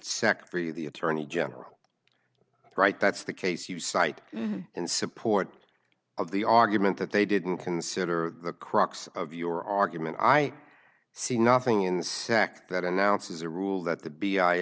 of the attorney general right that's the case you cite in support of the argument that they didn't consider the crux of your argument i see nothing in sec that announces a rule that the be